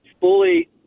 fully